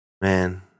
Man